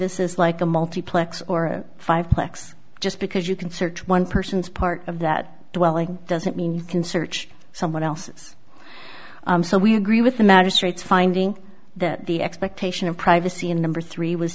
this is like a multiplex or five plex just because you can search one person's part of that dwelling doesn't mean you can search someone else's so we agree with the magistrate's finding that the expectation of privacy in number three was